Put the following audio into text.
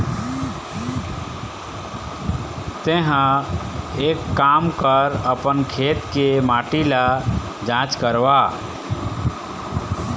तेंहा एक काम कर अपन खेत के माटी ल जाँच करवा